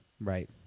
Right